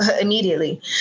immediately